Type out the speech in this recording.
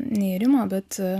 ne irimo bet